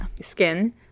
Skin